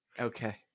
Okay